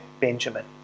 Benjamin